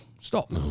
stop